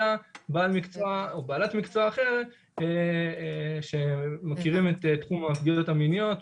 אלא בעל או בעלת מקצוע אחרת שמכירים את תחום הפגיעות המיניות.